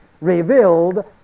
revealed